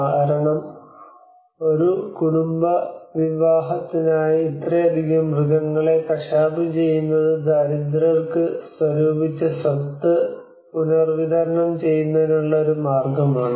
കാരണം ഒരു കുടുംബ വിവാഹത്തിനായി ഇത്രയധികം മൃഗങ്ങളെ കശാപ്പ് ചെയ്യുന്നത് ദരിദ്രർക്ക് സ്വരൂപിച്ച സ്വത്ത് പുനർവിതരണം ചെയ്യുന്നതിനുള്ള ഒരു മാർഗമാണ്